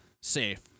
safe